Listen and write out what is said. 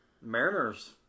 Mariners